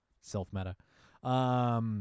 self-meta